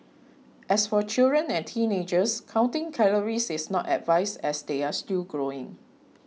as for children and teenagers counting calories is not advised as they are still growing